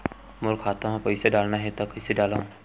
मोर खाता म पईसा डालना हे त कइसे डालव?